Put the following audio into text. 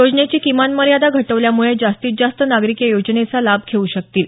योजनेची किमान मर्यादा घटवल्यामुळे जास्तीत जास्त नागरीक या योजनेचा लाभ घेऊ शकतील